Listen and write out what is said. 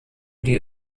die